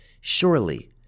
Surely